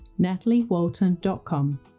nataliewalton.com